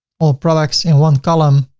all products in one column.